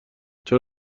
چرا